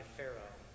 Pharaoh